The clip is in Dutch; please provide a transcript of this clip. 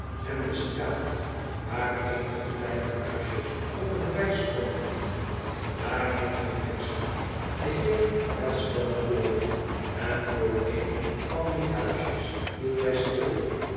en de straat waar eenige kleine huisjes op eene rij stonden daarheen gin hexam den heer headstone voor en voor een van die hubjes hield hij stil